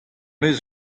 eus